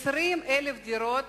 20,000 דירות